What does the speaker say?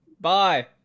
Bye